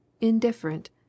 indifferent